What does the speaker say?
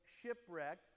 shipwrecked